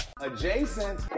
Adjacent